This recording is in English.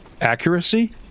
accuracy